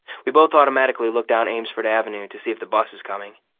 we both automatically look down amesfort avenue to see if the bus is coming.